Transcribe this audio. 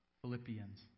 Philippians